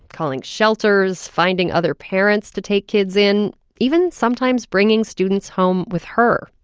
calling shelters, finding other parents to take kids in even sometimes bringing students home with her.